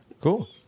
cool